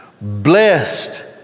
Blessed